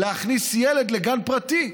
להכניס ילד לגן פרטי,